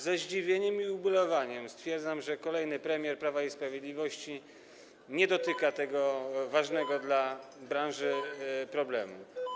Ze zdziwieniem i ubolewaniem stwierdzam, że kolejny premier Prawa i Sprawiedliwości nie dotyka tego ważnego dla branży problemu.